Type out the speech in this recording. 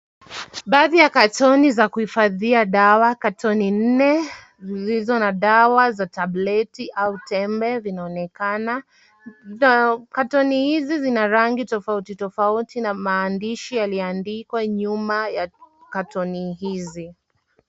Baadhi ya katoni za kuhifadhia dawa, katoni nne zilizo na dawa za tableti au tembe vinaonekana. Dawa, katoni hizi zina rangi tofauti tofauti na maandishi yaliyoandikwa nyuma ya katoni hizi.